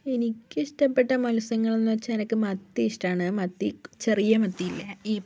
എനിക്കിഷ്ടപ്പെട്ട മത്സ്യങ്ങളെന്നു വച്ചാൽ എനിക്ക് മത്തി ഇഷ്ടമാണ് മത്തി ചെറിയ മത്തിയില്ലേ ഈ